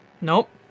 Nope